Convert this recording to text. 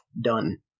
Done